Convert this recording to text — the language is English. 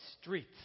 streets